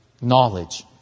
knowledge